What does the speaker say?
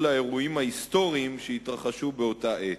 לאירועים ההיסטוריים שהתרחשו באותה העת.